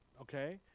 okay